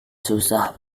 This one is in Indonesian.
susah